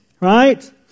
Right